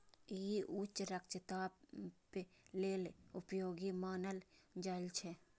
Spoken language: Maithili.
ई उच्च रक्तचाप लेल उपयोगी मानल जाइ छै